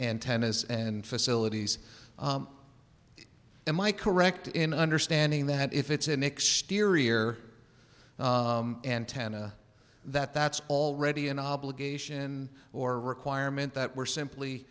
antennas and facilities am i correct in understanding that if it's an exterior antenna that that's already an obligation or requirement that we're simply